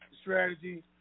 strategy